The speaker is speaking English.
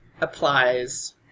applies